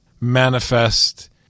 manifest